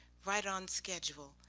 right on schedule.